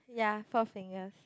ya Four Fingers